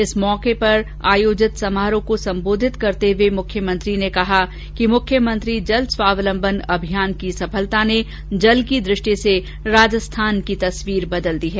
इस मौके पर आयोजित समारोह को संबोधित करते हुए मुख्यमंत्री ने कहा कि मुख्यमंत्री जल स्वावलम्बन अभियान की सफलता ने जल की दृष्टि से राजस्थान की तस्वीर बदल दी है